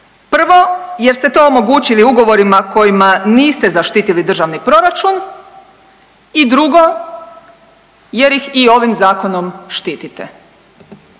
Prvo jer ste to omogućili ugovorima kojima niste zaštitili državni proračun i drugo jer ih i ovim zakonom štitite.